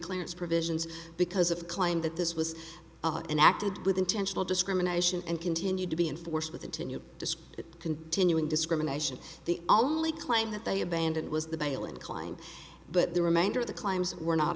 clearance provisions because of claim that this was enacted with intentional discrimination and continued to be enforced with into new disc continuing discrimination the only claim that they abandoned was the bail incline but the remainder of the claims were not